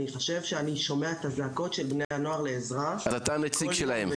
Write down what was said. אני חושב שאני שומע את הזעקות של בני הנוער לעזרה כל יום ויום.